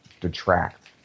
detract